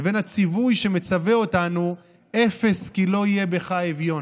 לבין הציווי שמצווה אותנו "אפס כי לא יהיה בך אביון".